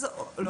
נושא החינוך.